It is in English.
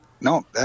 No